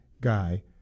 guy